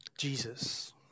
Jesus